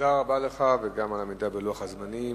תודה רבה לך, וגם על העמידה בלוח הזמנים.